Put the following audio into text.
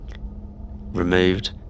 removed